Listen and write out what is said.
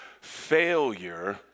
failure